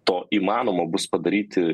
to įmanoma bus padaryti